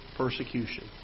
Persecution